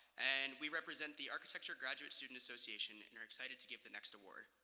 and we represent the architecture graduate student association, and are excited to give the next award.